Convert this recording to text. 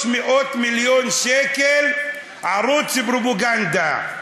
300 מיליון שקל, ערוץ פרופגנדה,